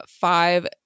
Five